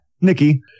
Nikki